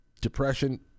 depression